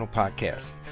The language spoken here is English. podcast